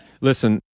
Listen